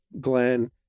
Glenn